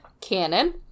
Cannon